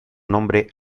nombre